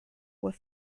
were